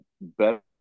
better